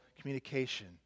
communication